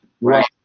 right